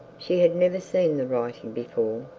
she had never seen the writing before.